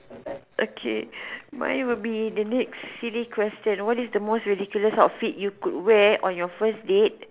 okay my will be the next silly question what is the most ridiculous outfit that you could wear on your first date